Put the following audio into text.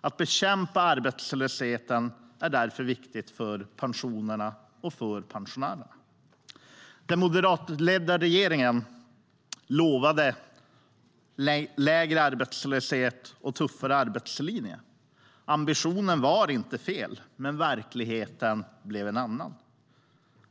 Att bekämpa arbetslösheten är därför viktigt för pensionerna och för pensionärerna. Den moderatledda regeringen lovade lägre arbetslöshet och tuffare arbetslinje. Ambitionen var inte fel, men verkligheten blev en annan.